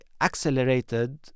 accelerated